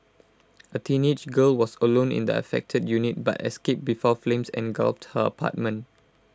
A teenage girl was alone in the affected unit but escaped before flames engulfed her apartment